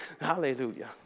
Hallelujah